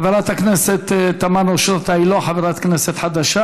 חברת הכנסת תמנו-שטה היא לא חברת כנסת חדשה,